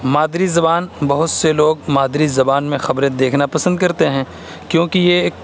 مادری زبان بہت سے لوگ مادری زبان میں خبریں دیکھنا پسند کرتے ہیں کیونکہ یہ